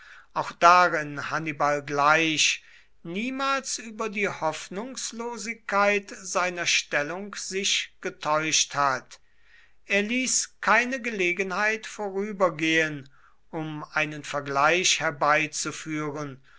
auch darin hannibal gleich niemals über die hoffnungslosigkeit seiner stellung sich getäuscht hat er ließ keine gegenheil vorübergehen um einen vergleich herbeizuführen